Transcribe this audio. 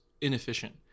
inefficient